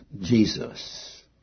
Jesus